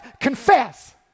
confess